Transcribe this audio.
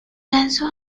lanzó